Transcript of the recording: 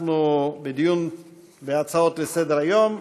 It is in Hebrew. אנחנו בדיון בהצעות לסדר-היום.